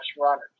runners